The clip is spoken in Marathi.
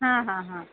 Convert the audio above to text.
हा हा हा